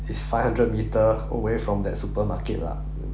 is five hundred metre away from that supermarket lah